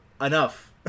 enough